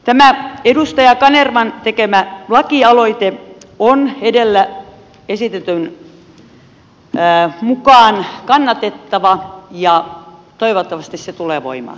tämä edustaja kanervan tekemä lakialoite on edellä esitetyn mukaan kannatettava ja toivottavasti se tulee voimaan